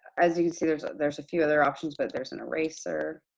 as you can see, there's ah there's a few other options, but there's an eraser.